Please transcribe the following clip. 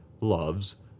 loves